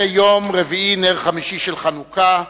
היום יום רביעי, נר חמישי של חנוכה,